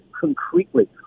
concretely